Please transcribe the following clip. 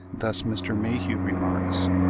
thus, mr. mayhew remarks,